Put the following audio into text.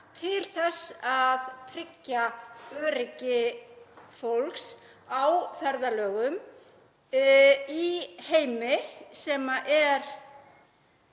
til þess að tryggja öryggi fólks á ferðalagi í heimi sem er